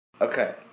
Okay